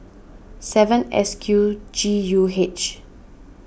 seven S Q G U H